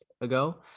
ago